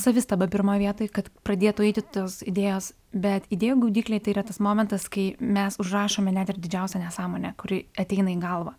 savistaba pirmoj vietoj kad pradėtų eiti tos idėjos bet idėjų gaudyklėj tai yra tas momentas kai mes užrašome net ir didžiausią nesąmonę kuri ateina į galvą